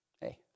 Hey